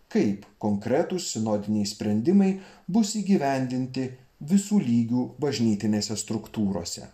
kaip konkretūs sinodiniai sprendimai bus įgyvendinti visų lygių bažnytinėse struktūrose